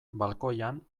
balkoian